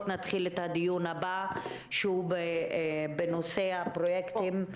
נתחיל את הדיון הבא שהוא בנושא הפרויקטים.